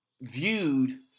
viewed